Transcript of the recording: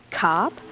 cop